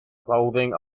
clothing